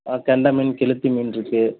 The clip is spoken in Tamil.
ஆ கெண்டை மீன் கெளுத்தி மீன் இருக்கு